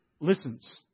listens